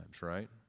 right